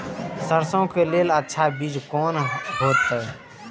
सरसों के लेल अच्छा बीज कोन होते?